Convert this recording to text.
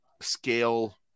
scale